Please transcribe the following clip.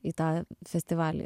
į tą festivalį